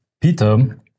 Peter